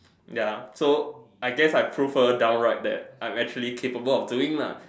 ya so I guess I prove her down right that I'm actually capable of doing lah